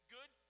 Good